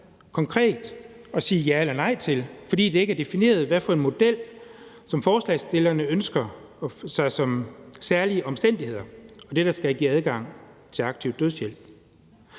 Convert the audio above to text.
konkret at sige ja eller nej til, fordi det ikke er defineret, hvad for en model stillerne af borgerforslaget ønsker sig i forhold til særlige omstændigheder og det, der skal give adgang til aktiv dødshjælp.